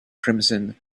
crimson